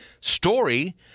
story